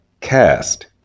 Cast